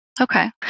Okay